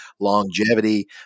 longevity